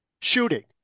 shooting